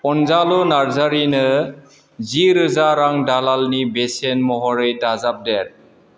अनजालु नार्जारिनो जिरोजा रां दालालनि बेसेन महरै दाजाबदेर